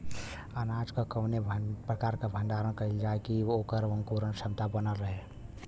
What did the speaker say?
अनाज क कवने प्रकार भण्डारण कइल जाय कि वोकर अंकुरण क्षमता बनल रहे?